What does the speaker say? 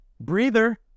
breather